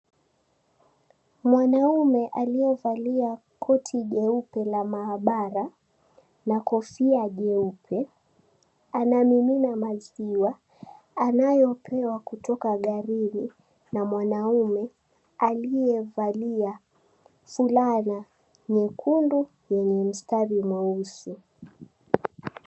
Mwanaume aliyevalia koti jeupe la mahabara na kofia jeupe anamimina maziwa anayopewa kutoka garini, na mwanaume aliyevalia fulana nyekundu wenye mstari mweusi.